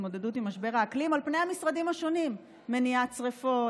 להתמודדות עם משבר האקלים על פני המשרדים השונים: מניעת שרפות,